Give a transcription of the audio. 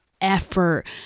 effort